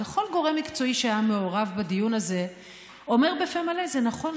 וכל גורם מקצועי שהיה מעורב בדיון הזה אומר בפה מלא: זה נכון,